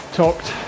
talked